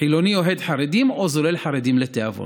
בחילוני אוהד חרדים או זולל חרדים לתיאבון.